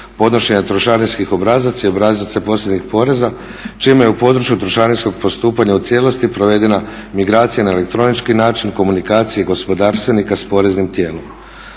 podnošenja trošarinskih obrazaca i obrazaca posebnih poreza čime je u području trošarinskog postupanja u cijelosti provedena migracija na elektronički način komunikacije gospodarstvenika s poreznim tijelom.